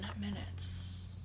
minutes